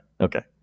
Okay